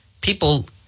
people